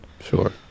Sure